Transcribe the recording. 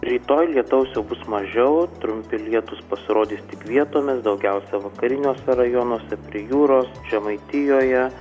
rytoj lietaus jau bus mažiau trumpi lietūs pasirodys tik vietomis daugiausia vakariniuose rajonuose prie jūros žemaitijoje